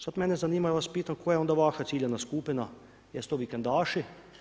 Sad mene zanima, ja vas pitam, koja je onda vaša ciljana skupina, jesu to vikendaši?